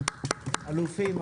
אלופים,